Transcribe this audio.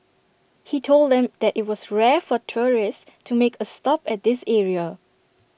he told them that IT was rare for tourists to make A stop at this area